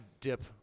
dip